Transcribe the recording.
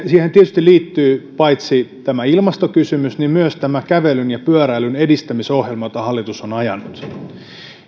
siihen tietysti liittyy paitsi tämä ilmastokysymys myös tämä kävelyn ja pyöräilyn edistämisohjelma jota hallitus on ajanut